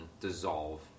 dissolve